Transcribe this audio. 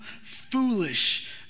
foolish